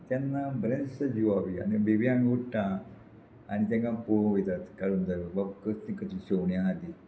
तेन्ना बरें दिसता जिवा बी आनी बेग्यांत उठ्ठा आनी तेंकां पोवंक वयतात काडून दाखय वा कसलीं कसलीं शेवणीं आहा ती